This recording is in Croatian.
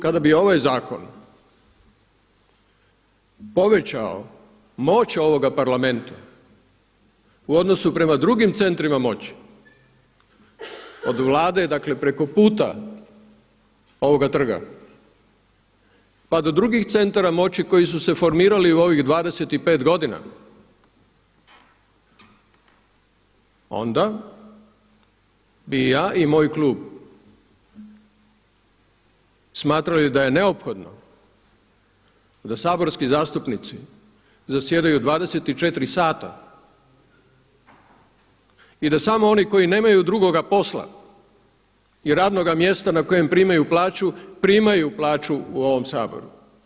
Kada bi ovaj zakon povećao moć ovoga Parlamenta u odnosu prema drugim centrima moći od Vlade dakle preko puta ovoga trga pa do drugih centara moći koji su se formirali u ovih 25 godina onda bi i ja i moj klub smatrali da je neophodno da saborski zastupnici zasjedaju 24h i da samo oni koji nemaju drugoga posla i radnoga mjesta na kojem primaju plaću primaju plaću u ovom Saboru.